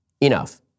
Enough